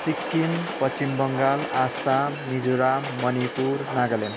Sikkim Paschim Bangal Assam Mizoram Manipur Nagaland